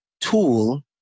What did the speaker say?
tool